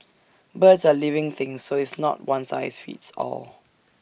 birds are living things so it's not one size fits all